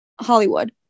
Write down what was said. Hollywood